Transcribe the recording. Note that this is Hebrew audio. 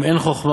אם אין חוכמה,